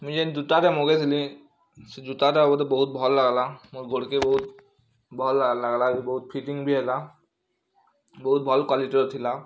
ମୁଇଁ ଯେନ୍ ଯୁତାଟେ ମଗେଇଥିଲି ସେ ଯୁତା ଟା ମୋତେ ବହୁତ୍ ଭଲ୍ ଲାଗଲା ମୋର ଗୁଡ଼ କେ ବହୁତ୍ ଭଲ୍ ଲାଗଲା ବହୁତ ଫିଟିଙ୍ଗ୍ ବି ହେଲା ବହୁତ୍ ଭଲ୍ କ୍ୟାଲିଟିର ଥିଲା